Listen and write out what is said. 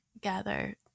gather